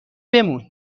بمون